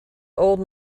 old